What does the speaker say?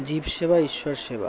জীব সেবা ঈশ্বর সেবা